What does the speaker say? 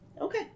Okay